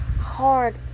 hard